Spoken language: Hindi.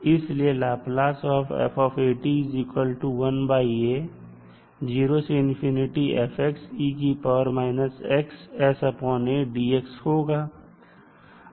इसलिए होगा